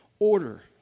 order